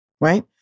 right